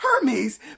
Hermes